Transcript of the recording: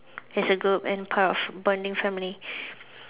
as a group and part of bonding family